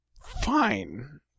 fine